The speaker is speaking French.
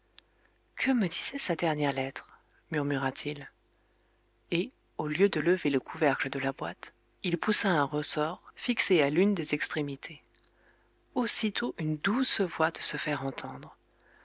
que me disait sa dernière lettre murmura-t-il et au lieu de lever le couvercle de la boîte il poussa un ressort fixé à l'une des extrémités aussitôt une voix douce de se faire entendre